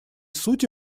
сути